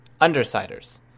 Undersiders